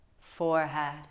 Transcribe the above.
forehead